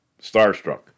starstruck